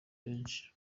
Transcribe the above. henshi